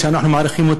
שאנחנו באמת מעריכים,